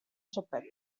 shepherds